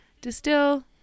distill